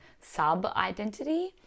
sub-identity